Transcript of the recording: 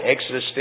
Exodus